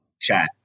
chat